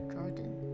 Jordan，